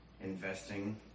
investing